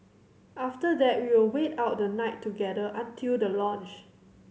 after that we will wait out the night together until the launch